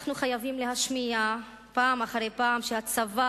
אנחנו חייבים להשמיע פעם אחרי פעם שהצבא